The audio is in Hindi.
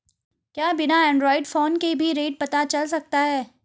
क्या बिना एंड्रॉयड फ़ोन के भी रेट पता चल सकता है?